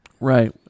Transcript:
Right